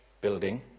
building